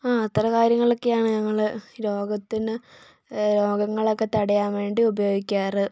ആ അത്ര കാര്യങ്ങളൊക്കെയാണ് ഞങ്ങൾ രോഗത്തിന് രോഗങ്ങളൊക്കെ തടയാൻ വേണ്ടി ഉപയോഗിക്കാറ്